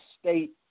state